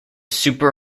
super